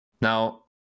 Now